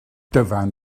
dyfan